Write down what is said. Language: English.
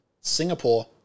Singapore